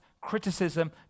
criticism